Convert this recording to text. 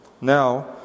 Now